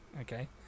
okay